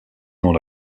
dans